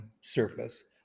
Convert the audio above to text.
surface